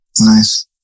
Nice